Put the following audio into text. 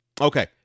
Okay